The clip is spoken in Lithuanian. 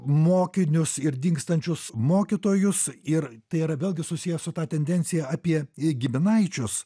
mokinius ir dingstančius mokytojus ir tai yra vėlgi susiję su ta tendencija apie giminaičius